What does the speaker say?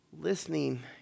listening